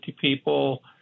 people